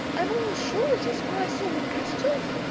i am almost sure it is, for i saw him cut it off.